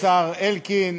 השר אלקין,